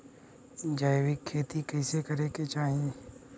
जैविक खेती कइसे करे के चाही?